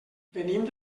venim